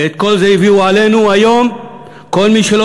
ואת כל זה הביאו עלינו היום כל מי שלא